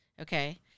Okay